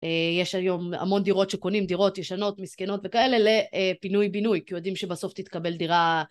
יש היום המון דירות שקונים, דירות ישנות, מסכנות וכאלה לפינוי בינוי כי יודעים שבסוף תתקבל דירה